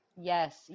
Yes